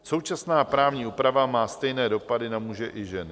Současná právní úprava má stejné dopady na muže i ženy.